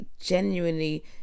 genuinely